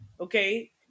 Okay